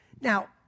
Now